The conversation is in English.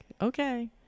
okay